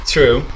True